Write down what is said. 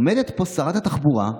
עומדת פה שרת התחבורה,